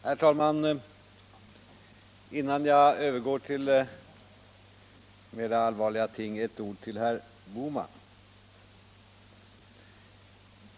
Herr talman! Innan jag övergår till mera allvarliga ting ett par ord till herr Bohman.